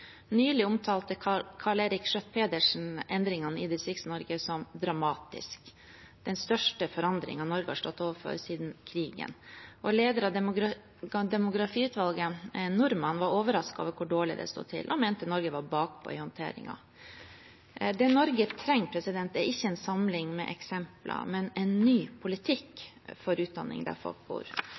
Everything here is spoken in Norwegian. Nylig omtalte Karl Eirik Schjøtt-Pedersen endringene i Distrikts-Norge som dramatiske, som den største forandringen Norge har stått overfor siden krigen. Lederen av demografiutvalget, Victor Norman, var overrasket over hvor dårlig det sto til, og mente Norge var bakpå i håndteringen. Det Norge trenger, er ikke en samling eksempler, men en ny politikk for utdanning der folk bor.